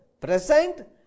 present